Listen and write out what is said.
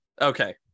okay